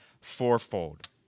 fourfold